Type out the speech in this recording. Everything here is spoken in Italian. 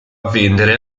vendere